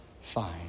fine